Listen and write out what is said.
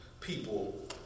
people